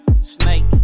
snake